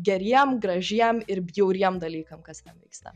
geriem gražiem ir bjauriem dalykam kas ten vyksta